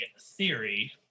theory